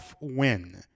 win